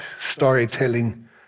storytelling